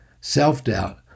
self-doubt